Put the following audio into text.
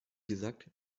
gesagt